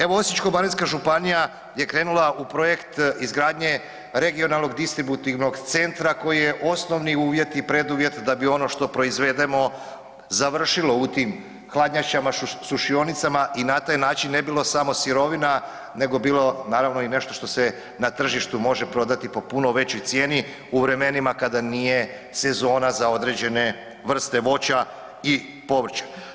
Evo Osječko-baranjska županija je krenula u projekt izgradnje regionalnog distributivnog centra koji je osnovni uvjet i preduvjet da bi ono što proizvedemo završilo u tim hladnjačama, sušionicama i na taj način ne bilo samo sirovina nego bilo naravno i nešto što se na tržištu može prodati po puno većoj cijeni u vremenima kada nije sezona za određene vrste voća i povrća.